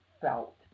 felt